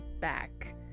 back